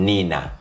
Nina